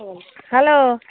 ও hello